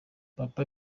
papa